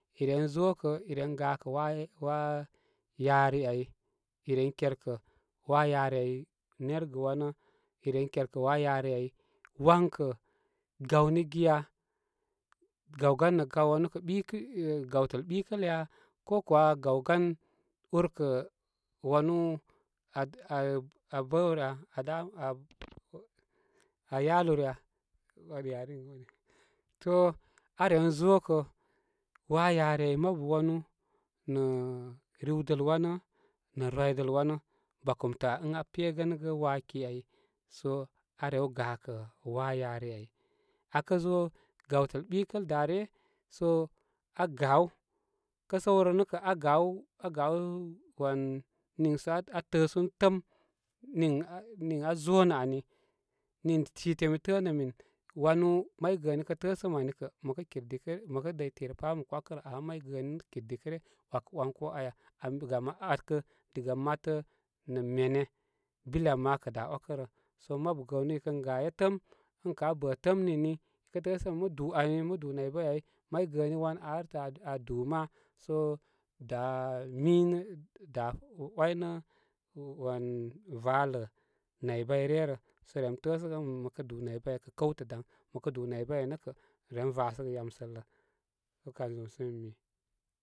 Iren zo kə, iren gakə waa-waa yari ai, i ren kerkə waa yari ai nergə wanə, iren kerkə waa yari ai wan kə gawni giya? Gawgan nə kaw wanu kə ɓikəl gawtəl ɓikəl ya? Ko kuwa gaw gan ur kə wanu aa bəw rəya? aa yalu rə ya? To aa ren zokə waa yari ai mabu wanu nə riw dəl wanə nə rwidəl wanə. Ba komta ən aa pe gənəgə waaki ai so aa rew gakə waa yari ai. Akə zo gawtəl ɓikəl da ryə, so aa gaw. Kə səw rə nə kə aa gaw aa gaw wan nii so aa təəsú təəm niŋ aa niŋ aa zo nə ani. Niŋ site mi təənə min wanu may gəəni kə təəsəm ani kə mə kə kin dikə, mə kə dəy tirə pá bə mə kə wakə rə. Ama may gəəni nə kir dikə ryə wakə wan ko aya. Am gam wakə diga matə nə mene bile am má kə dá wákə rə. So mabu gəənu i kən gaye təəm, ən ká bə təəm nini kə təəsəm ən mə dú ami mə dú nay bay ai. May gəəni wan aa artə aa dú ma. So daa minə daa way nə wan valə nay bay re rə. So ram təə səgə ən mə kə dú naybay ai kə kəwtə daŋ, mə kə dú nay bay ai nə kə rem rasə gə yamsəllə. So kan zum so mimi.